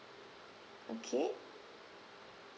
okay